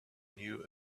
knew